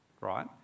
right